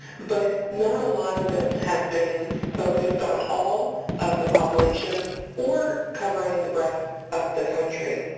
but not a lot of them have been focused on all of the populations or covering the breadth of the country.